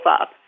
up